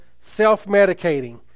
self-medicating